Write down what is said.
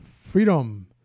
freedom